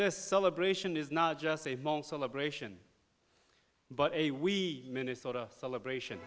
this celebration is not just a moment celebration but a wee minnesota celebration